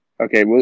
okay